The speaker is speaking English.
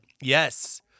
Yes